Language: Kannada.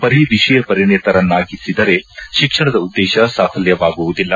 ಬರೀ ವಿಷಯ ಪರಿಣಿತರನ್ನಾಗಿಸಿದರೆ ಶಿಕ್ಷಣದ ಉದ್ದೇಶ ಸಾಫಲ್ಯವಾಗುವುದಿಲ್ಲ